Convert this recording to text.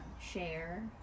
share